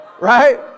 right